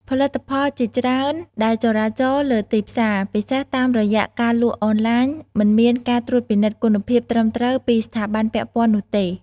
ផលិតផលជាច្រើនដែលចរាចរណ៍លើទីផ្សារ ពិសេសតាមរយៈការលក់អនឡាញ មិនមានការត្រួតពិនិត្យគុណភាពត្រឹមត្រូវពីស្ថាប័នពាក់ព័ន្ធនោះទេ។